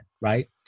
right